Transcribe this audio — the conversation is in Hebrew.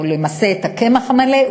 למעשה את הקמח המלא,